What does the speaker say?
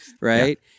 right